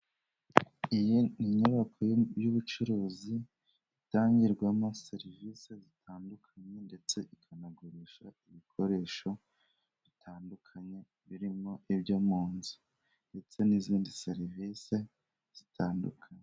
Iyi ni inyubako y'ubucuruzi itangirwamo serivisi zitandukanye, ndetse ikanagurisha ibikoresho bitandukanye birimo ibyo mu nzu, ndetse n'izindi serivise zitandukanye.